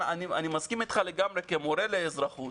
אני מסכים איתך לגמרי כמורה לאזרחות,